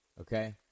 okay